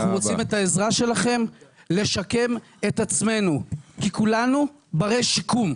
אנחנו בהצעה הזאת לא באים לפסול את ההצעה של אגף השיקום של שרשבסקי.